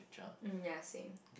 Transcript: mm ya same